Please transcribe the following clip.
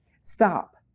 stop